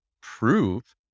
prove